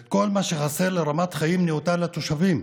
וכל מה שחסר להגיע לרמת חיים נאותה לתושבים.